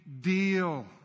deal